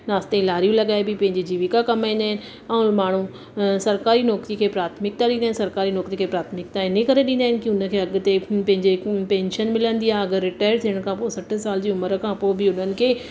नास्ते लारियूं लॻाए बि पंहिंजी जीविका कमाईंदा आहिनि ऐं माण्हू अ सरकारी नौकिरी खे प्राथमिकता ॾींदा आहिनि सरकारी नौकिरी खे प्राथमिकता इन्हीअ करे ॾींदा आहिनि की उनखे अॻिते उ पंहिंजे उ पैंशन मिलंदी आहे अगरि रिटायर थियण खां पोइ सठि साल जी उमिरि खां पोइ बि उन्हनि खे